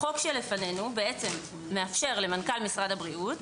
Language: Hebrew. החוק שלפנינו מאפשר למנכ"ל משרד הבריאות,